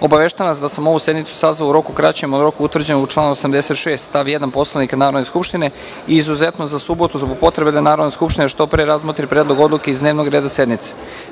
obaveštavam vas da sam ovu sednicu sazvao u roku kraćem od roka utvrđenog u članu 86. stav 1. Poslovnika Narodne skupštine, izuzetno za subotu zbog potrebe da Narodna skupština što pre razmotri predlog odluke iz dnevnog reda sednice. Pravni